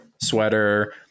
sweater